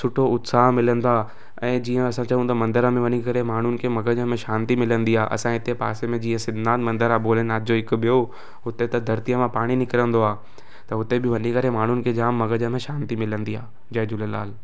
सुठी उत्साह मिलंदो आहे ऐं जीअं असां चऊं त मंदर में वञी करे माण्हुनि खे मग़ज में शांती मिलंदी आहे असां हिते पासे में जीअं सिंधनाथ मंदिर आहे भोलेनाथ जो हिकु ॿियो हुते त धरतीअ मां पाणी निकिरिंदो आहे त हुते बि वञी करे माण्हुनि खे जाम मग़ज में शांती मिलंदी आहे जय झूलेलाल